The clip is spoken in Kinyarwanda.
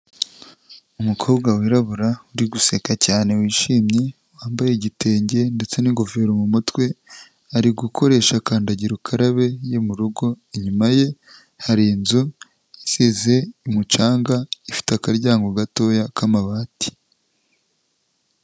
Umukobwa wirabura uri guseka cyane wishimye, wambaye igitenge ndetse n'ingofero mu mutwe, ari gukoresha kandagirukarabe ye murugo, inyuma ye hari inzu isize umucanga ifite akaryango gatoya k'amabati.